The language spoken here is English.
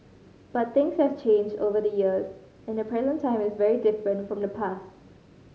but things have changed over the years and the present time is very different from the past